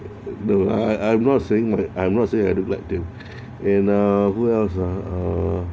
no I I I'm not saying I I'm not saying I look like them and ah who else ah um